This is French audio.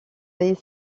est